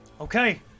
Okay